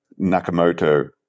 Nakamoto